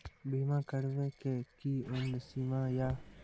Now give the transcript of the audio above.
बीमा करबे के कि उम्र सीमा या?